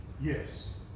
Yes